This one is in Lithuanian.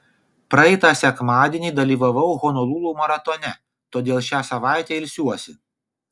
praeitą sekmadienį dalyvavau honolulu maratone todėl šią savaitę ilsiuosi